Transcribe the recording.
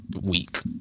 week